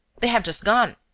they have just gone.